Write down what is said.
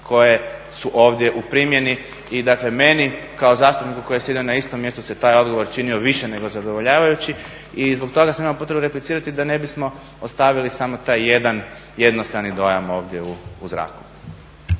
koje su ovdje u primjeni. I dakle meni kao zastupniku koji je sjedio na istom mjestu se taj odgovor činio više nego zadovoljavajući. I zbog toga sam imao potrebu replicirati da ne bismo ostavili samo taj jedan jednostrani dojam ovdje u zraku.